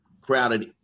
crowded